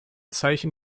zeichen